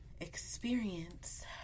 experience